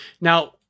Now